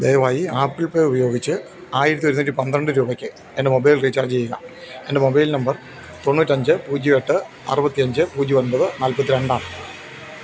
ദയവായി Apple Pay ഉപയോഗിച്ച് ആയിരത്തിയൊരുന്നൂറ്റി പന്ത്രണ്ട് രൂപയ്ക്ക് എൻ്റെ മൊബൈൽ റീചാർജ് ചെയ്യുക എൻ്റെ മൊബൈൽ നമ്പർ തൊണ്ണൂറ്റിയഞ്ച് പൂജ്യം എട്ട് അറുപത്തിയഞ്ച് പൂജ്യം ഒൻപത് നാൽപ്പത്തിരണ്ടാണ്